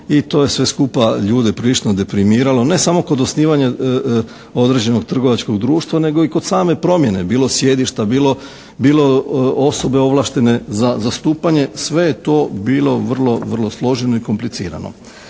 i to je sve skupa ljude prilično deprimiralo ne samo kod osnivanja određenog trgovačkog društva nego i kod same promjene, bilo sjedišta, bilo osobe ovlaštene za zastupanje. Sve je to bilo vrlo, vrlo složeno i komplicirano.